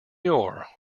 your